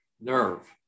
nerve